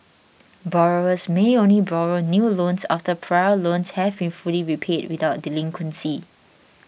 borrowers may only borrow new loans after prior loans have been fully repaid without delinquency